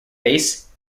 base